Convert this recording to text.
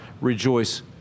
rejoice